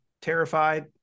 Terrified